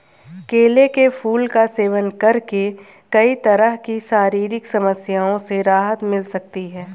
केले के फूल का सेवन करके कई तरह की शारीरिक समस्याओं से राहत मिल सकती है